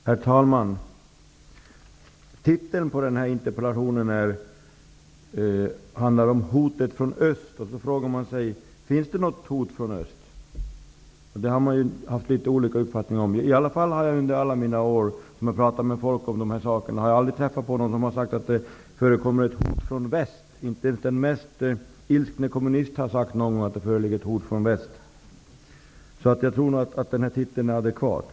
Herr talman! Titeln på denna interpellation berör hotet från öst. Men finns det något hot från öst? Det har funnits olika uppfattningar om den saken. Under alla de år jag har talat med folk om dessa frågor har jag aldrig träffat på någon som har sagt att det förekommer ett hot från väst. Inte ens den mest ilskna kommunist har sagt att det föreligger något hot från väst. Jag tror att denna titel är adekvat.